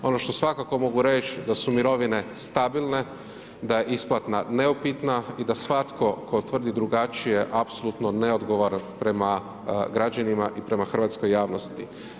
Ono što mogu svakako reći da su mirovine stabilne da je isplata neupitna i da svatko tko tvrdi drugačije apsolutno ne odgovara prema građanima i prema hrvatskoj javnosti.